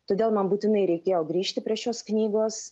todėl man būtinai reikėjo grįžti prie šios knygos